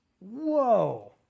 Whoa